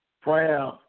prayer